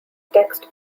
text